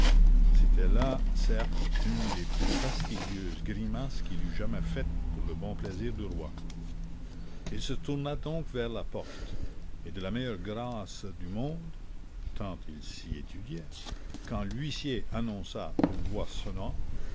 c'était là certes une des plus fastidieuses grimaces qu'il eût jamais faites pour le bon plaisir du roi il se tourna donc vers la porte et de la meilleure grâce du monde tant il s'y étudiait quand l'huissier annonça d'une voix sonore